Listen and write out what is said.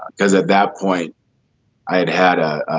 because at that point i had had a